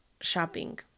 shopping